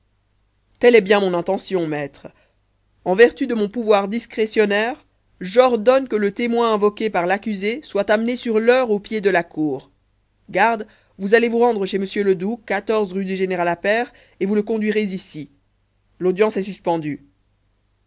telle est bien mon intention maître en vertu de mon pouvoir discrétionnaire j'ordonne que le témoin invoqué par l'accusé soit amené sur l'heure aux pieds de la cour garde vous allez vous rendre chez m ledoux rue du général appert et vous le conduirez ici l'audience est suspendue